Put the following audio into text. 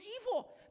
evil